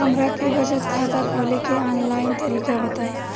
हमरा के बचत खाता खोले के आन लाइन तरीका बताईं?